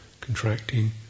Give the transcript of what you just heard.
contracting